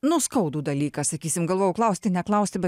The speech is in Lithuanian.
nu skaudų dalyką sakysim galvojau klausti neklausti bet